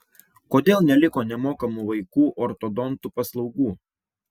kodėl neliko nemokamų vaikų ortodontų paslaugų